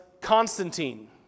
Constantine